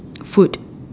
food